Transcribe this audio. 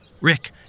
Rick